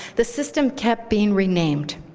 the system kept being renamed.